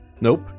Nope